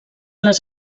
les